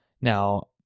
Now